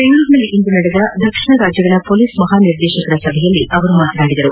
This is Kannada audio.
ಬೆಂಗಳೂರಿನಲ್ಲಿಂದು ನಡೆದ ದಕ್ಷಿಣ ರಾಜ್ಯಗಳ ಹೊಲೀಸ್ ಮಹಾನಿರ್ದೇಶಕರ ಸಭೆಯಲ್ಲಿ ಅವರು ಮಾತನಾಡುತ್ತಿದ್ದರು